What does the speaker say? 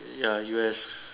ya U_S